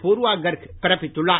பூர்வா கர்க் பிறப்பித்துள்ளார்